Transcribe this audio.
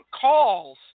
calls